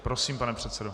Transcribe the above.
Prosím, pane předsedo.